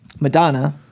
Madonna